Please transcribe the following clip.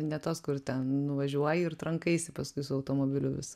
ne tos kur ten nuvažiuoji ir trankaisi paskui su automobiliu vis